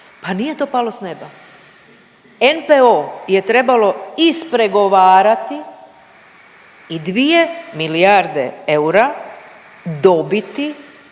Pa nije to palo s neba. NPOO je trebalo ispregovarati i 2 milijarde eura dobiti